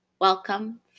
Welcome